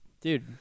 Dude